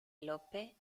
lope